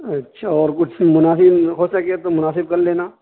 اچھا اور کچھ مناسب ہو سکے تو مناسب کر لینا